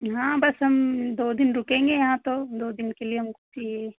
हाँ बस हम दो दिन रुकेंगे यहाँ तो दो दिन के लिए हमको चाहिए